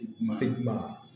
stigma